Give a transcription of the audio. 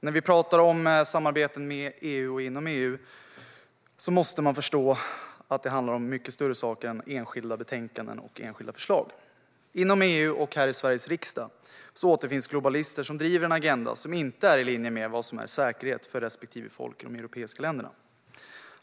När vi pratar om samarbeten med EU och inom EU måste man förstå att det handlar om mycket större saker än enskilda betänkanden och enskilda förslag. Inom EU och här i Sveriges riksdag återfinns globalister som driver en agenda som inte är i linje med vad som är säkerhet för respektive folk i de europeiska länderna.